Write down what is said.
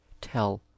tell